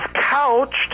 couched